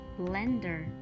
blender